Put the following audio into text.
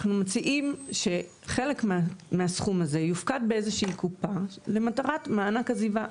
אנחנו מציעים שחלק מהסכום הזה יופקד באיזה שהיא קופה למטרת מענק עזיבה.